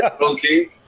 okay